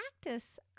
practice